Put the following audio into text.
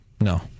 No